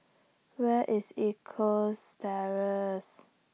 Where IS East Coast Terrace